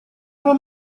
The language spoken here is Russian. вам